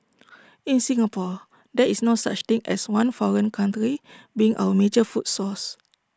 in Singapore there is no such thing as one foreign country being our major food source